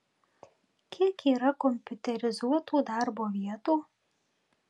kiek yra kompiuterizuotų darbo vietų